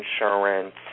insurance